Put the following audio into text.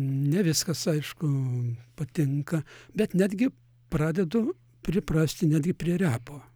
ne viskas aišku patinka bet netgi pradedu priprasti netgi prie repo